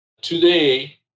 Today